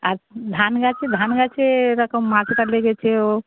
আর ধান গাছে ধান গাছে এরকম মাজরা লেগেছে ও